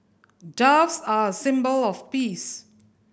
doves are a symbol of peace